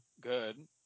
good